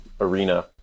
arena